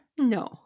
No